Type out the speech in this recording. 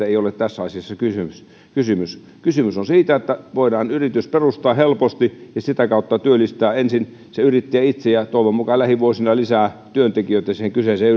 ei ole tässä asiassa kysymys kysymys kysymys on siitä että voidaan yritys perustaa helposti ja sitä kautta työllistää ensin se yrittäjä itse ja toivon mukaan lähivuosina lisää työntekijöitä siihen kyseiseen